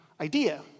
idea